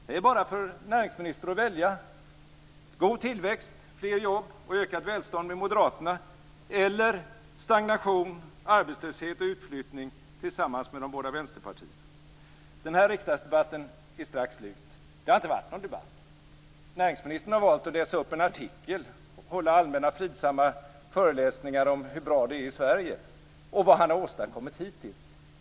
Det är bara för näringsministern att välja: god tillväxt, fler jobb och ökat välstånd med Moderaterna, eller stagnation, arbetslöshet och utflyttning tillsammans med de båda vänsterpartierna. Den här riksdagsdebatten är strax slut. Det har inte varit någon debatt. Näringsministern har valt att läsa upp en artikel och hålla allmänna, fridsamma föreläsningar om hur bra det är i Sverige och vad han har åstadkommit hittills.